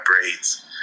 braids